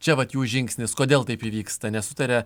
čia vat jų žingsnis kodėl taip įvyksta nesutaria